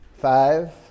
Five